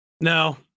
No